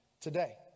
today